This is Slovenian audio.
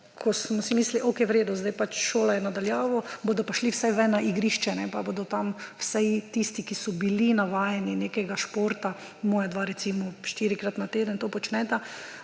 ko smo si mislili, v redu, sedaj je pač šola na daljavo, bodo pa šli vsaj ven na igrišče pa bodo tam vsaj tisti, ki so bili navajeni nekega športa – moja dva, recimo, štirikrat na teden to počneta